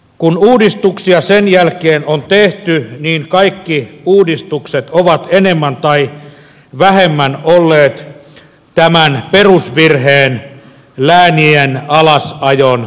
kun uudistuksia sen jälkeen on tehty niin kaikki uudistukset ovat enemmän tai vähemmän olleet tämän perusvirheen läänien alasajon paikkailuyrityksiä